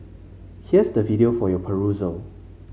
here's the video for your perusal